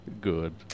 Good